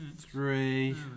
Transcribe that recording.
Three